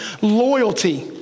Loyalty